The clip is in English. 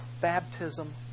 baptism